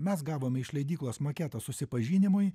mes gavome iš leidyklos maketą susipažinimui